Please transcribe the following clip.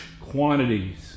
quantities